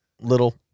little